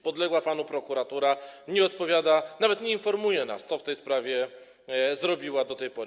Podległa panu prokuratura nie odpowiada, nawet nie informuje nas, co w tej sprawie zrobiła do tej pory.